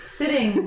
sitting